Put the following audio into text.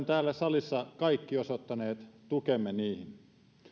täällä salissa kaikki osoittaneet tukemme niille